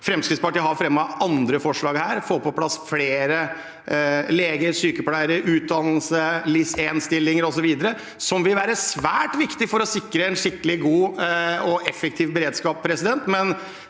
Fremskrittspartiet har fremmet andre forslag: få på plass flere leger, sykepleiere, utdannelse, LIS1-stillinger osv., som vil være svært viktig for å sikre en skikkelig god og effektiv beredskap.